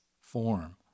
form